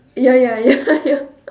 ya ya ya ya